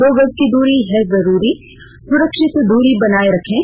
दो गज की दूरी है जरूरी सुरक्षित दूरी बनाए रखें